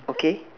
okay